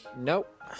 Nope